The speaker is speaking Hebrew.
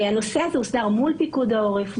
הנושא הזה הוסדר מול פיקוד העורף,